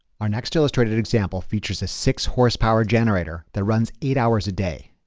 our next illustrated example features a six horsepower generator that runs eight hours a day.